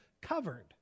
covered